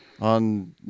on